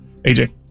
AJ